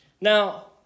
Now